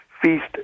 feast